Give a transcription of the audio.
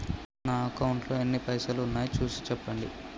నా అకౌంట్లో ఎన్ని పైసలు ఉన్నాయి చూసి చెప్పండి?